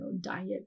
diet